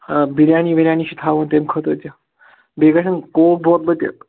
بِریانی وِریانی چھِ تھاوٕنۍ تَمہِ خٲطرٕ تہِ بیٚیہِ گَژھَن کوٗک بوتلہٕ تہِ